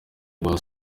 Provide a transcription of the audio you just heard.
rwa